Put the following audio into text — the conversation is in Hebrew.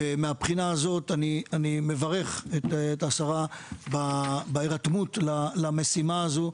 מהבחינה הזאת אני מברך את השרה בהירתמות למשימה הזו.